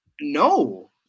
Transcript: No